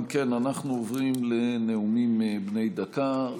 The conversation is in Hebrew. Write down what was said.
אם כן, אנחנו עוברים לנאומים בני דקה.